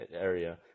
area